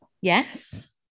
Yes